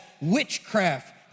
witchcraft